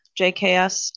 JKS